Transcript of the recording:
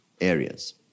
areas